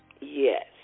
yes